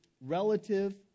relative